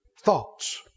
thoughts